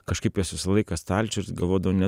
kažkaip jos visą laiką stalčiuj ir galvodavau ne